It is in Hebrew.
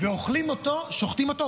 שוחטים אותו,